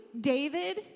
David